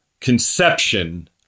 conception